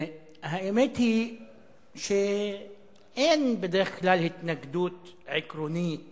האמת היא שבסוגיות גורליות אין בדרך כלל התנגדות עקרונית